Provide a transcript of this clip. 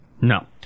No